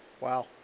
Wow